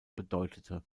bedeutete